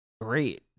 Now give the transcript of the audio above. Great